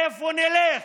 לאן נלך